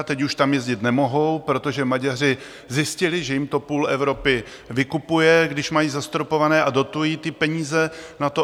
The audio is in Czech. Teď už tam jezdit nemohou, protože Maďaři zjistili, že jim to půl Evropy vykupuje, když mají zastropované a dotují ty peníze na to.